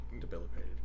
debilitated